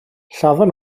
lladdon